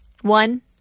One